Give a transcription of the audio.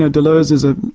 ah deleuze as a